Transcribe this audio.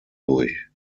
durch